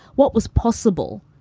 what was possible,